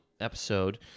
episode